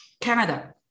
Canada